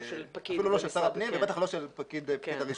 אפילו לא של שר הפנים ובטח לא של פקיד הרישום.